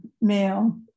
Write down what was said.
male